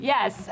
Yes